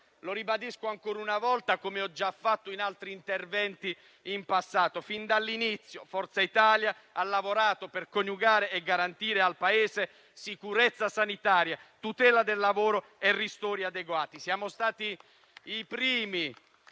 Lo ribadisco ancora una volta, come ho già fatto in altri interventi in passato: fin dall'inizio, Forza Italia ha lavorato per coniugare e garantire al Paese sicurezza sanitaria, tutela del lavoro e ristori adeguati.